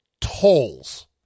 tolls